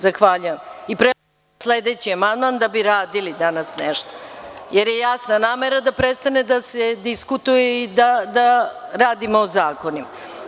Zahvaljujem i prelazimo na sledeći amandman, da bi radili danas nešto, jer je jasna namera da prestane da se diskutuje i da radimo o zakonima.